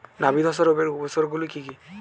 নাবি ধসা রোগের উপসর্গগুলি কি কি?